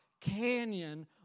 canyon